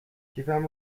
کیفم